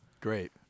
Great